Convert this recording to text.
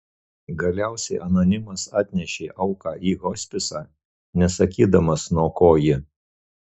galiausiai anonimas atnešė auką į hospisą nesakydamas nuo ko ji